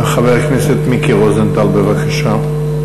חבר הכנסת מיקי רוזנטל, בבקשה.